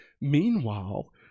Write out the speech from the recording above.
Meanwhile